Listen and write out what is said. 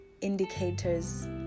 indicators